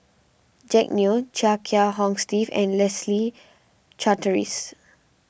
Jack Neo Chia Kiah Hong Steve and Leslie Charteris